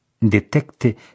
Detecte